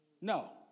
No